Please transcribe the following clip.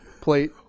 plate